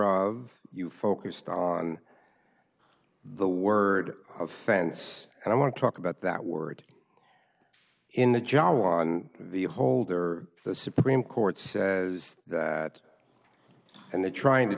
of you focused on the word offense and i want to talk about that word in the job on the holder the supreme court says that and they're trying to